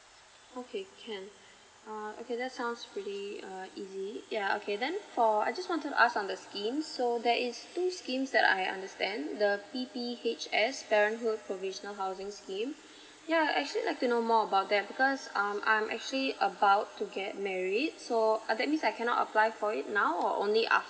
okay can uh okay that's sounds pretty uh easy yeah okay then for I just want to ask um on the schemes so there is two schemes that I understand the p p h s parenthood provisional housing scheme yeah actually like to know more about that because um I'm actually about to get married so uh that means I cannot apply for it now or only